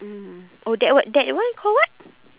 mm oh that what that one call what